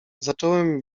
zacząłem